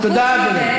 תודה, אדוני.